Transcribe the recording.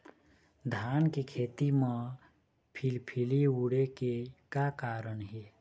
धान के खेती म फिलफिली उड़े के का कारण हे?